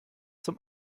zum